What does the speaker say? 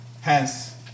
hence